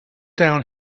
down